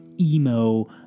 emo